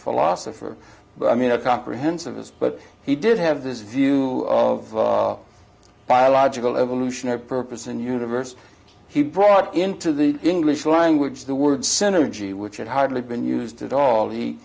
philosopher but i mean a comprehensive list but he did have this view of biological evolutionary purpose and universe he brought into the english language the word synergy which had hardly been used at all the